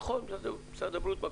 נכון, משרד הבריאות מקשה.